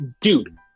Dude